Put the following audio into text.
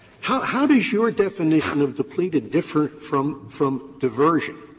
how how does your definition of depleted differ from from diversion?